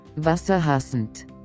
Wasserhassend